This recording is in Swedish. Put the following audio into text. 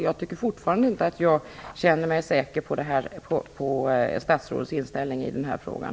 Jag tycker fortfarande inte att jag känner mig säker på statsrådets inställning i den här frågan.